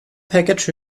package